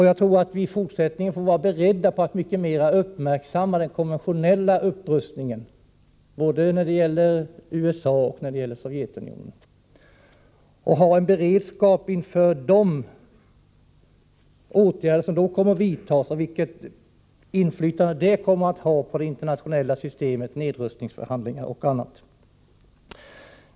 Jag tror att vi i fortsättningen måste vara beredda på att mycket mer uppmärksamma den konventionella upprustningen, både när det gäller USA och när det gäller Sovjetunionen, och ha en beredskap inför de åtgärder som kommer att vidtas och inför den inverkan det kommer att ha på det internationella systemet med nedrustningsförhandlingar och annat.